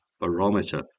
barometer